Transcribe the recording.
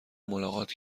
ملاقات